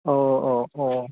औ औ औ